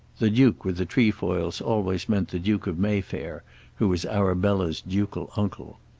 the duke with the trefoils always meant the duke of mayfair who was arabella's ducal uncle.